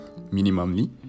minimally